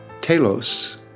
telos